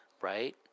right